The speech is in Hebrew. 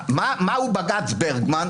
מה הוא בג"ץ ברגמן?